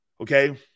Okay